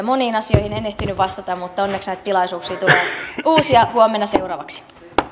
moniin asioihin en ehtinyt vastata mutta onneksi näitä tilaisuuksia tulee uusia huomenna seuraavaksi